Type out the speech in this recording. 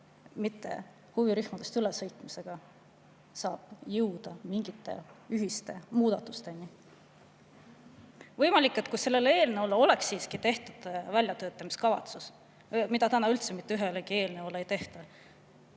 mitte huvirühmadest üle sõitmisega saab jõuda mingite ühiste muudatusteni. Võimalik, et kui selle eelnõu jaoks oleks siiski tehtud väljatöötamiskavatsus, mida täna mitte ühegi eelnõu jaoks ei tehta,